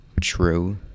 true